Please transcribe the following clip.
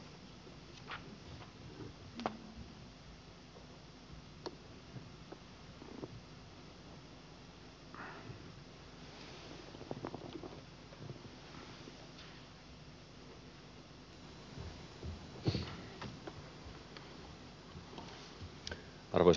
arvoisa puhemies